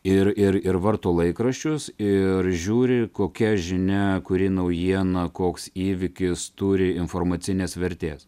ir ir ir varto laikraščius ir žiūri kokia žinia kuri naujiena koks įvykis turi informacinės vertės